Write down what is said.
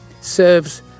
serves